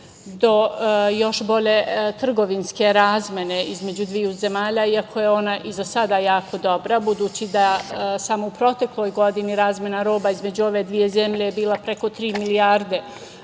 do još bolje trgovinske razmene između dve zemlje, iako je ona i za sada jako dobra, budući da samo u protekloj godini razmena roba između ove dve zemlje je bila preko tri milijarde